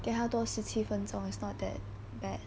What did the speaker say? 给他多十七分分钟 it's not that bad